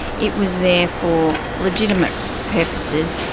it was there for legitimate purposes,